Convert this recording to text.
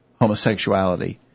homosexuality